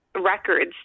records